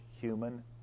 human